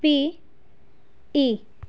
P E